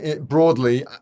broadly